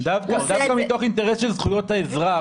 דווקא מתוך אינטרס של זכויות אזרח,